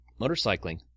motorcycling